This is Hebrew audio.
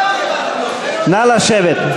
נא לשבת,